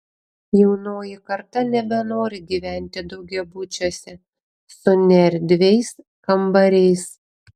jaunoji karta nebenori gyventi daugiabučiuose su neerdviais kambariais